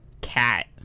cat